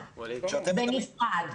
בנפרד.